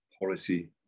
policy